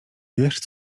wiesz